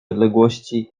odległości